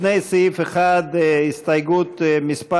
לפני סעיף 1, הסתייגות מס'